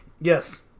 Yes